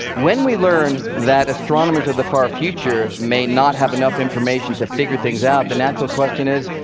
when we learn that astronomers of the far future may not have enough information to figure things out, the natural question is,